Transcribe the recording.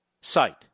site